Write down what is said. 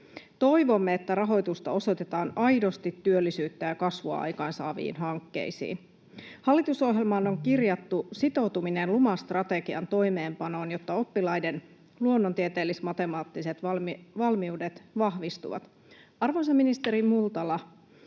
Toivomme, että rahoitusta osoitetaan aidosti työllisyyttä ja kasvua aikaansaaviin hankkeisiin. Hallitusohjelmaan on kirjattu sitoutuminen Luma-strategian toimeenpanoon, jotta oppilaiden luonnontieteellis-matemaattiset valmiudet vahvistuvat.